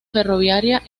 ferroviaria